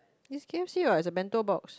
it's k_f_c what it's a bento box